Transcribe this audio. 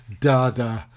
Dada